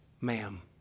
ma'am